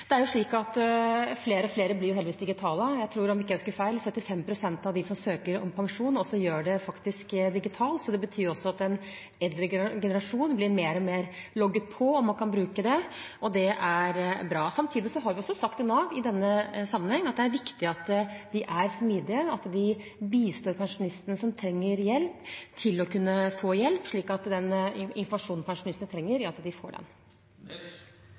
Flere og flere blir heldigvis digitale. Jeg tror, om jeg ikke husker feil, at 75 pst. av dem som søker om pensjon, faktisk gjør det digitalt. Det betyr at også den eldre generasjon blir mer og mer logget på – om man kan bruke det ordet – og det er bra. Samtidig har vi også sagt til Nav i denne sammenheng at det er viktig at de er smidige, at de bistår pensjonistene som trenger hjelp, til å få hjelp, slik at pensjonistene får den informasjonen de trenger.